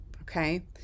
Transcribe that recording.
Okay